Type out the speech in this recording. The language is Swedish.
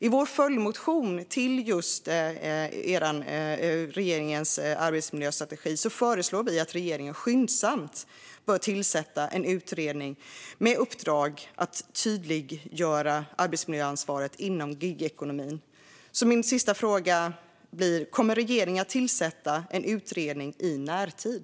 I vår följdmotion till regeringens arbetsmiljöstrategi föreslår vi att regeringen skyndsamt bör tillsätta en utredning med uppdrag att tydliggöra arbetsmiljöansvaret inom gigekonomin. Min sista fråga blir: Kommer regeringen att tillsätta en utredning i närtid?